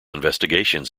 investigations